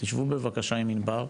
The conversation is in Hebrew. תשבו בבקשה עם ענבר,